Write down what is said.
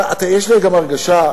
יש לי גם הרגשה,